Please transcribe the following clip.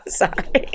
sorry